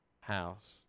house